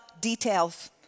details